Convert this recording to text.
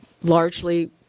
largely